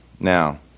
Now